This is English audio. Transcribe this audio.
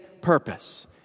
purpose